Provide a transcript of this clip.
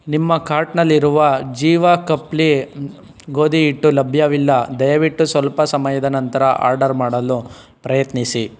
ನಿಮ್ಮ ಕಾರ್ಟ್ನಲ್ಲಿರುವ ಜೀವಾ ಕಪ್ಲಿ ಗೋಧಿ ಹಿಟ್ಟು ಲಭ್ಯವಿಲ್ಲ ದಯವಿಟ್ಟು ಸ್ವಲ್ಪ ಸಮಯದ ನಂತರ ಆರ್ಡರ್ ಮಾಡಲು ಪ್ರಯತ್ನಿಸಿ